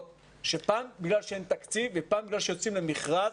שפעם בגלל שאין תקציב ופעם בגלל שיוצאים למכרז,